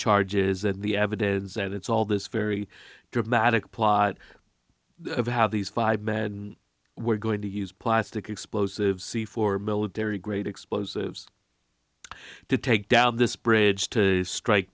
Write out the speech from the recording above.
charges that the evidence that it's all this very dramatic plot of how these five men were going to use plastic explosive c four military grade explosives to take down this bridge to strike